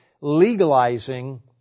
legalizing